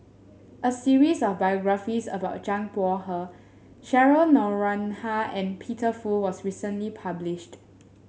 a series of biographies about Zhang Bohe Cheryl Noronha and Peter Fu was recently published